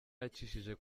yacishije